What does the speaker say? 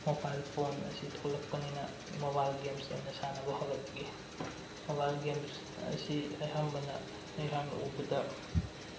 mobile phone ꯑꯁꯤ ꯊꯣꯛꯂꯛꯄꯅꯤꯅ mobile games ꯑꯣꯏꯅ ꯁꯥꯟꯅꯕ ꯍꯧꯔꯛꯄꯒꯤ ꯃꯣꯕꯥꯏꯜ ꯒꯦꯝꯁ ꯑꯁꯤ ꯑꯌꯥꯝꯕꯅ ꯑꯩꯍꯥꯛꯅ ꯎꯕꯗ